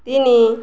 ତିନି